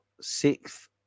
Six